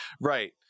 right